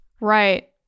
Right